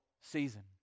season